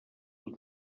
els